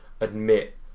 admit